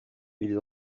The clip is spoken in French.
ils